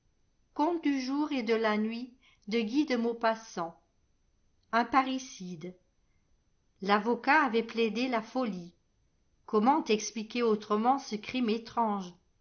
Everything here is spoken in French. un parricide l'avocat avait plaidé la folie comment expliquer autrement ce crime étrange